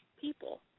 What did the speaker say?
people